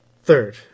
Third